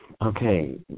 Okay